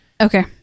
Okay